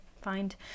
find